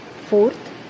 Fourth